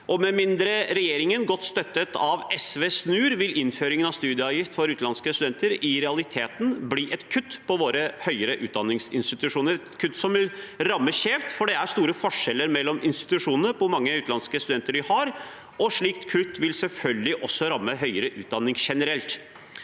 Med mindre regjeringen, godt støttet av SV, snur, vil innføringen av studieavgift for utenlandske studenter i realiteten bli et kutt til våre høyere utdanningsinstitusjoner – et kutt som ram mer skjevt, for det er store forskjeller mellom institusjonene på hvor mange utenlandske studenter de har. Et slikt kutt vil selvfølgelig også ramme høyere utdanning generelt.